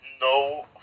no